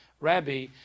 Rabbi